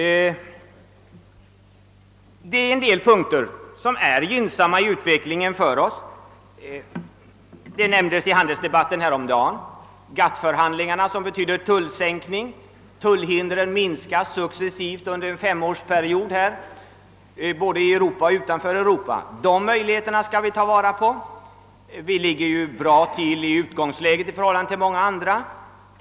Det finns en del punkter som är gynnsamma i utvecklingen för oss. I handelsdebatten häromdagen berördes GATT-förhandlingarna. De innebär tullsänkningar. Tullhindren minskas successivt under en femårsperiod både inom och utanför Europa. De möjligheterna skall vi ta vara på. Vi ligger bra till i utgångsläget i förhållande till många andra.